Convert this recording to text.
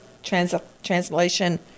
Translation